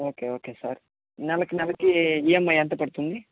okay okay sir నెలకి నెలకి EMI ఎంత పడుతుంది